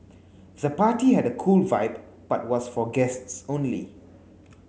the party had a cool vibe but was for guests only